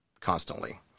constantly